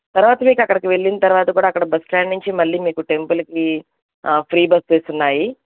తర్వాత మీకు అక్కడికి వెళ్ళిన తర్వాత గూడా అక్కడ బస్స్టాండ్ నుంచి మళ్ళీ మీకు టెంపుల్కి ఫ్రీ బస్సెస్ ఉన్నాయి